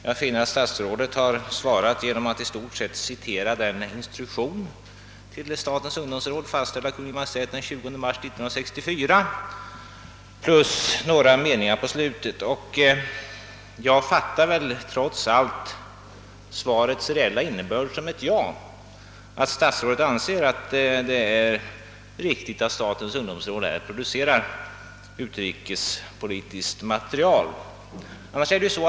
Jag finner att statsrådet har svarat genom att i stort sett citera den instruktion till statens ungdomsråd, som fastställdes av Kungl. Maj:t den 20 mars 1964, plus några meningar på slutet av svaret. Men jag fattar trots allt svarets reella innebörd som ett ja, att statsrådet sålunda anser att det är riktigt att statens ungdomsråd producerar utrikespolitiskt material.